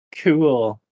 Cool